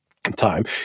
time